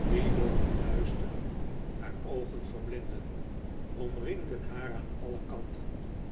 die door hun luister haar oogen verblindden omringden haar aan alle kanten